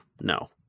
no